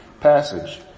passage